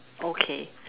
okay